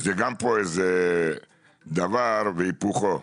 זה איזה דבר והיפוכו.